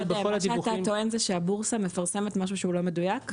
מה שאתה טוען זה שהבורסה מפרסמת משהו שהוא לא מדויק?